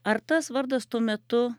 ar tas vardas tuo metu